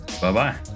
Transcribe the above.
bye-bye